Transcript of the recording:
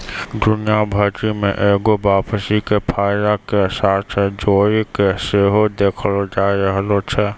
दुनिया भरि मे एगो वापसी के फायदा के साथे जोड़ि के सेहो देखलो जाय रहलो छै